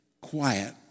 quiet